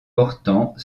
portant